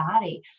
body